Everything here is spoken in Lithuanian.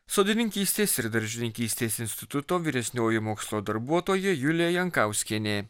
sodininkystės ir daržininkystės instituto vyresnioji mokslo darbuotoja julė jankauskienė